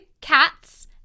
Cats